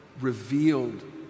revealed